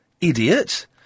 Idiot